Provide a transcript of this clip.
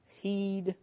heed